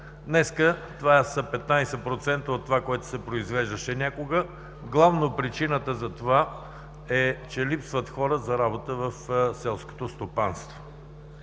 Днес това са 15% от това, което се произвеждаше някога. Главно причината за това е, че липсват хора за работа в селското стопанство.